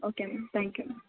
okay ma'am thank you